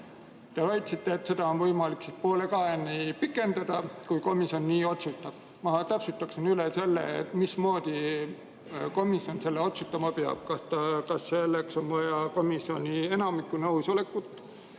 Te väitsite, et seda on võimalik poole kaheni pikendada, kui komisjon nii otsustab. Ma täpsustaksin üle selle, mismoodi komisjon selle otsustama peab. Kas selleks on vaja komisjoni enamiku nõusolekut